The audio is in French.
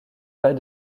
pas